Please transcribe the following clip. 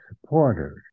supporters